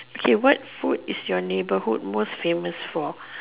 okay what food is your neighborhood most famous for